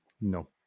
no